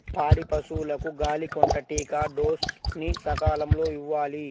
పాడి పశువులకు గాలికొంటా టీకా డోస్ ని సకాలంలో ఇవ్వాలి